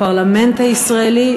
לפרלמנט הישראלי,